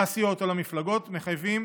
לסיעות או למפלגות מחייבים